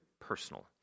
personal